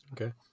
okay